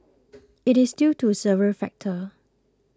it is due to several factors